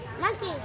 Monkey